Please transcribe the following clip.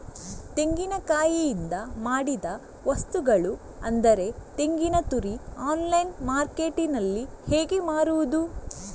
ತೆಂಗಿನಕಾಯಿಯಿಂದ ಮಾಡಿದ ವಸ್ತುಗಳು ಅಂದರೆ ತೆಂಗಿನತುರಿ ಆನ್ಲೈನ್ ಮಾರ್ಕೆಟ್ಟಿನಲ್ಲಿ ಹೇಗೆ ಮಾರುದು?